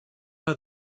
her